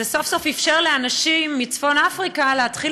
זה סוף-סוף אפשר לאנשים מצפון אפריקה להתחיל